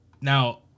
Now